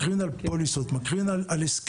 מקרין על פוליסות, מקרין על הסכמים.